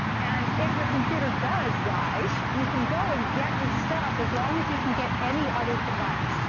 and if your computer does die, you can go and get your stuff, as long as you can get any other device.